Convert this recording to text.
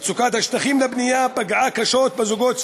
מצוקת השטחים לבנייה פגעה קשות בזוגות צעירים,